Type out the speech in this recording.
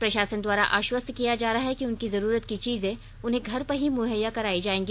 प्रशासन द्वारा आश्वस्त किया जा रहा है कि उनकी जरूरत की चीजें उन्हें घर पर ही मुहैया कराई जाएगी